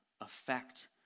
affect